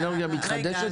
אנרגיה מתחדשת.